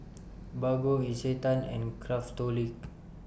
Bargo Isetan and Craftholic